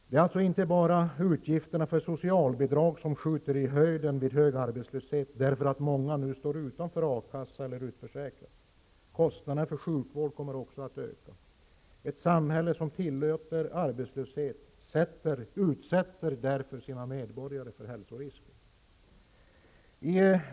Det är inte bara utgifterna för socialbidrag som skjuter i höjden vid hög arbetslöshet därför att många står utanför a-kassa eller utförsäkras. Kostnaderna för sjukvård kommer också att öka. Ett samhälle som tillåter arbetslöshet utsätter därför sina medborgare för hälsorisker.